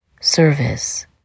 service